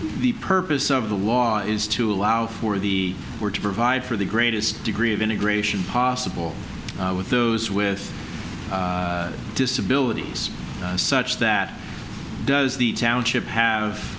the purpose of the law is to allow for the were to provide for the greatest degree of integration possible with those with disabilities such that does the township have